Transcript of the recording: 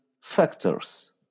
factors